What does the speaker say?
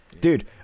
Dude